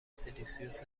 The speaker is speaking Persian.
سلسیوس